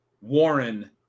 Warren